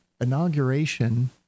inauguration